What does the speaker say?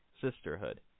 sisterhood